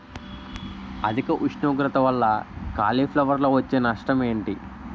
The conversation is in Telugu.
అధిక ఉష్ణోగ్రత వల్ల కాలీఫ్లవర్ వచ్చే నష్టం ఏంటి?